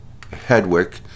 Hedwick